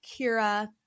Kira